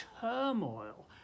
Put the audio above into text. turmoil